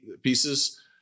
pieces